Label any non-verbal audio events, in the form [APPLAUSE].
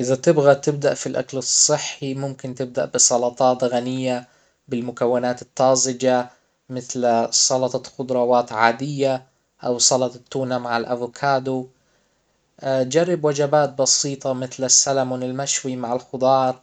اذا تبغى تبدأ في الاكل الصحي ممكن تبدأ بسلطات غنية بالمكونات الطازجة مثل سلطة خضروات عادية او سلطة تونة مع الافوكادو، [HESITATION] جرب وجبات بسيطة مثل السلمون المشوي مع الخضار